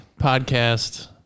podcast